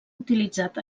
utilitzat